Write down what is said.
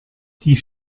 die